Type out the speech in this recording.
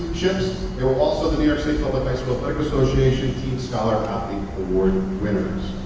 they were also the new york state public high school team scholar-athlete award winners.